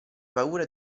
paura